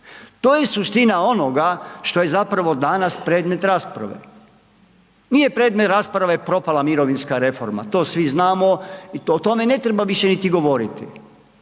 To je suština onoga što je zapravo danas predmet rasprave, nije predmet rasprave propala mirovinska reforma, to svi znamo, o tome ne treba više niti govoriti,